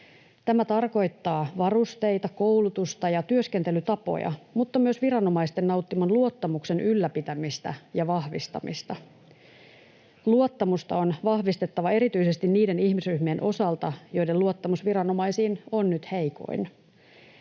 Tämä tarkoittaa varusteita, koulutusta ja työskentelytapoja mutta myös viranomaisten nauttiman luottamuksen ylläpitämistä ja vahvistamista. Luottamusta on vahvistettava erityisesti niiden ihmisryhmien osalta, joiden luottamus viranomaisiin on nyt heikoin.